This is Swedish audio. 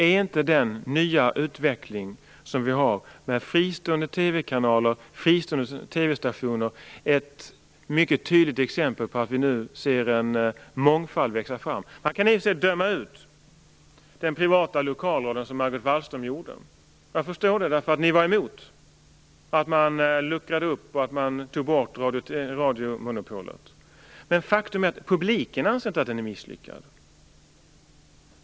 Är inte den nya utveckling som vi har med fristående TV-kanaler och fristående TV stationer ett mycket tydligt exempel på att vi nu ser en mångfald växa fram? Man kan i och för sig döma ut den privata lokalradion, vilket Margot Wallström gjorde. Jag förstår det, eftersom ni var emot att man luckrade upp och tog bort radiomonopolet. Men faktum är att publiken inte anser att den är misslyckad.